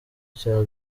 cya